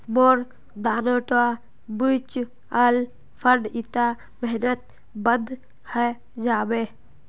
मोर दोनोटा mutual fund ईटा महिनात बंद हइ जाबे